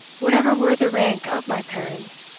whatever were the rank of my parents,